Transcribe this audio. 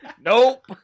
Nope